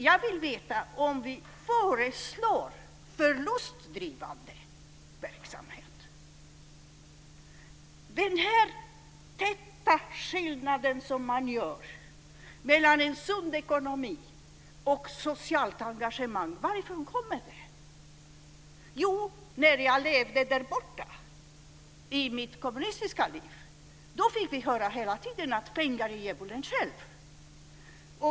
Jag vill veta om vi föreslår förlustdrivande verksamhet. Varifrån kommer den skillnad man gör mellan en sund ekonomi och socialt engagemang? När jag levde därborta, i mitt kommunistiska liv, fick vi hela tiden höra att pengar är djävulen själv.